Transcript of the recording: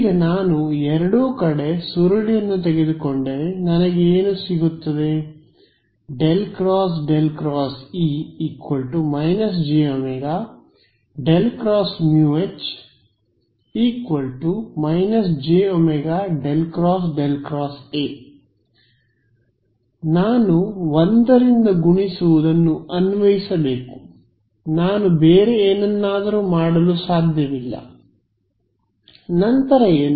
ಈಗ ನಾನು ಎರಡೂ ಕಡೆ ಸುರುಳಿಯನ್ನು ತೆಗೆದುಕೊಂಡರೆ ನನಗೆ ಏನು ಸಗುತ್ತದೆ ∇×∇× E −j ω∇x μH −j ω∇x∇× A ನಾನು ಒಂದರಿಂದ ಗುಣಿಸುವುದನ್ನು ಅನ್ವಯಿಸಬೇಕು ನಾನು ಬೇರೆ ಏನನ್ನಾದರೂ ಮಾಡಲು ಸಾಧ್ಯವಿಲ್ಲನಂತರ ಏನು